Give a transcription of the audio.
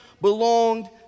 belonged